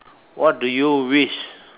what do you wish